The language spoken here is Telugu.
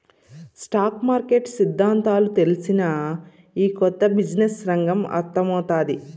స్టాక్ మార్కెట్ సిద్దాంతాలు తెల్సినా, ఈ కొత్త బిజినెస్ రంగం అర్థమౌతాది